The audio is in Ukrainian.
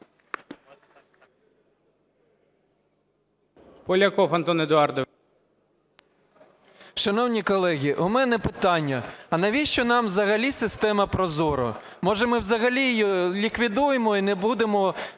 Поляков Антон Едуардович.